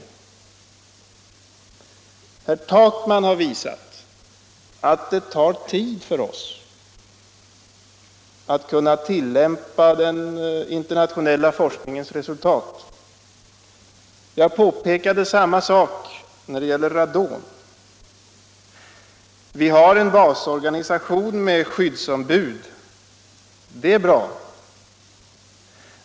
Herr Takman har visat att det tar tid för oss innan vi kan börja tillämpa den internationella forskningens resultat. Jag har påpekat samma sak när det gäller radon. Vi har en basorganisation med skyddsombud. Det är bra.